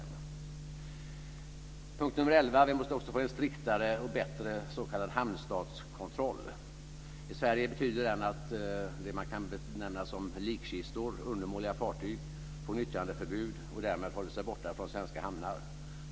Nästa punkt handlar om att vi också måste få en striktare och bättre s.k. hamnstatskontroll. I Sverige betyder den att det som man kan benämna som likkistor, undermåliga fartyg, får nyttjandeförbud och därmed håller sig borta från svenska hamnar.